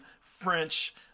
French